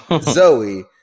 Zoe